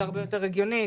זה הרבה יותר הגיוני.